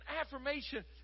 affirmation